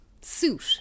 suit